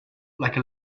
like